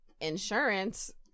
insurance